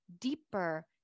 deeper